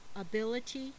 ability